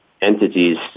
entities